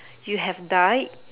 you have died